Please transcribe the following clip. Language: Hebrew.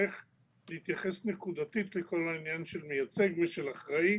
לבקשתך להתייחס נקודתית לכל העניין של מייצג ושל אחראי.